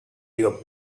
your